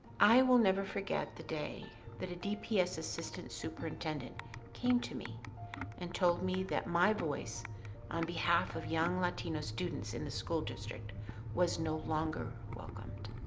i will never forget the day that a dps assistant superintendent came to me and told me that my voice on behalf of young latino students in the school district was no longer welcomed.